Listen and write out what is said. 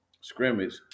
scrimmage